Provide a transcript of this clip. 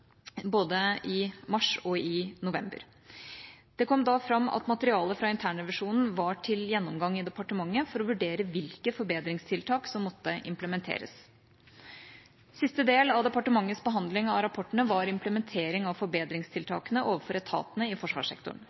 både i april og i november. Det kom da fram at materiale fra internrevisjonen var til gjennomgang i departementet for å vurdere hvilke forbedringstiltak som måtte implementeres. Siste del av departementets behandling av rapportene var implementering av forbedringstiltakene overfor etatene i forsvarssektoren.